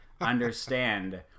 understand